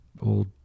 old